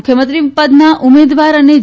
મુખ્યમંત્રી પદના ઉમેદવાર અને જે